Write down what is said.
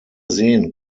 sehen